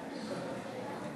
רבה.